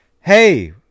Hey